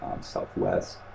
southwest